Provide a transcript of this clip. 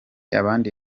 ahandi